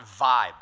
vibe